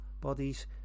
bodies